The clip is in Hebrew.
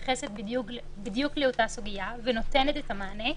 מתייחסת בדיוק לאותה סוגיה ונותנת את המענה,